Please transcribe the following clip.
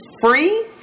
Free